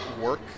work